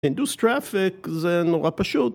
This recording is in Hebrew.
Induced traffic זה נורא פשוט